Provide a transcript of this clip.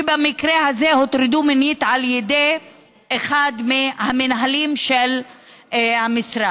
שבמקרה הזה הוטרדו מינית על ידי אחד מהמנהלים של המשרד.